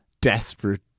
desperate